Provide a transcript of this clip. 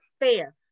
fair